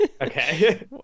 okay